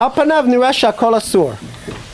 על פניו נראה שהכל אסור